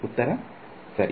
ಉತ್ತರ ಇಲ್ಲಿ ಸರಿ